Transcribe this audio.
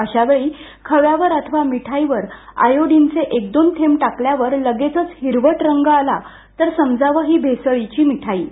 अशावेळी खव्या वर अथवा मिठाईवर आयोडीनचे एक दोन थेंब टाकल्यावर लगेचच हिरवट रंग आला तर समजावं की भेसळीची मिठाई आहे